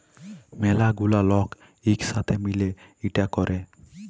ম্যালা গুলা লক ইক সাথে মিলে ইটা ক্যরে